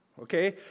okay